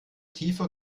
tiefer